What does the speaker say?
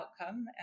outcome